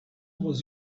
was